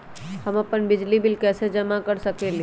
हम अपन बिजली बिल कैसे जमा कर सकेली?